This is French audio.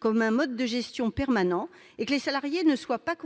comme un mode de gestion permanent afin que les salariés ne soient pas